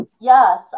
Yes